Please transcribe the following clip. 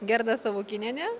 gerda savukynienė